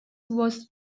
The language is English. was